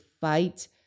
fight